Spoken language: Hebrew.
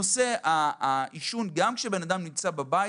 נושא העישון גם כשאדם נמצא בבית,